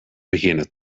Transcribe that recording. beginnen